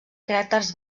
caràcters